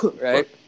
Right